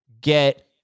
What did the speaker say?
Get